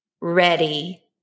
ready